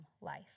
life